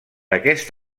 aquest